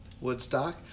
Woodstock